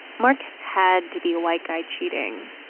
mark had to be a white guy cheating.